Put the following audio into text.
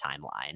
timeline